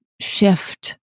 shift